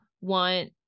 want